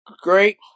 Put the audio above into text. great